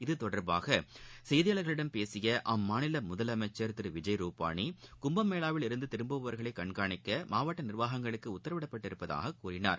இத்தொடர்பாகசெய்தியாளர்களிடம் பேசியஅம்மாநிலமுதலமைச்சர் திருவிஜய் ரூபானி கும்பமேளாவில் இருந்துதிரும்புவர்களைகண்காணிக்கமாவட்டநிர்வாகங்களுக்குஉத்தரவிடப்பட்டுள்ளதாககூறினார்